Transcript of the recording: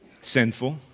sinful